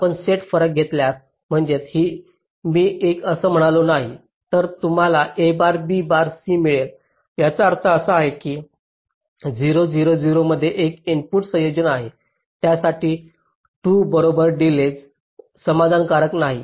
आपण सेट फरक घेतल्यास म्हणजे मी हे असं म्हणालो नाही तर तुम्हाला a bar b bar c मिळेल याचा अर्थ असा आहे की 0 0 0 मध्ये एक इनपुट संयोजन आहे ज्यासाठी 2 बरोबर डिलेज समाधानकारक नाही